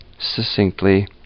succinctly